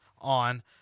on